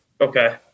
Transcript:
Okay